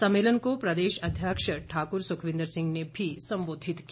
सम्मेलन को प्रदेश अध्यक्ष ठाकुर सुखविन्द्र सिंह ने भी संबोधित किया